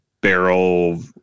barrel